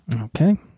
okay